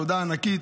תודה ענקית,